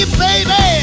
baby